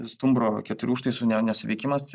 stumbro keturių užtaisų nesuveikimas